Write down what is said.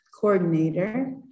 Coordinator